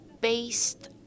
based